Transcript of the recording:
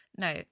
no